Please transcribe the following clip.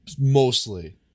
mostly